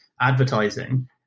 advertising